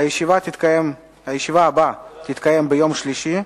הישיבה הבאה תתקיים ביום שלישי,